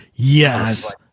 Yes